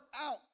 out